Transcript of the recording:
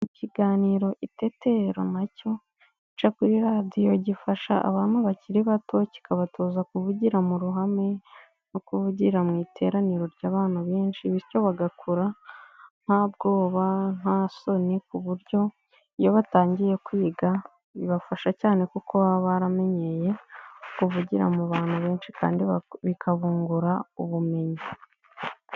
Ikiganiro Iteterro na cyo gica kuri radiyo gifasha abantu bakiri bato kikabatoza kuvugira mu ruhame no kuvugira mu iteraniro ry'abantu benshi, bityo bagakura nta bwoba, nta soni ku buryo iyo batangiye kwiga bibafasha cyane kuko baba baramenyeye kuvugira mu bantu benshi kandi bikabungura ubumenyi.